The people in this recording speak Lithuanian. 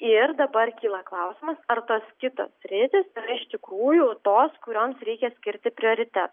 ir dabar kyla klausimas ar tas kitos sritys iš tikrųjų tos kurioms reikia skirti prioritetą